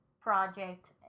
project